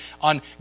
on